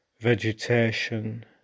vegetation